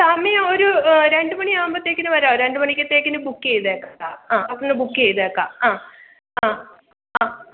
സമയം ഒരു രണ്ട് മണിയാവുമ്പോഴത്തേക്കിന് വരാമോ രണ്ട് മണിക്കത്തേക്കിന് ബുക്ക് ചെയ്തേക്കാം അവിടുന്ന് ബുക്ക് ചെയ്തേക്കാം ആ ആ ആ